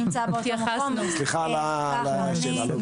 סליחה על השאלה.